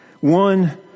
One